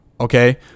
Okay